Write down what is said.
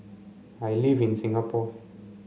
I live in Singapore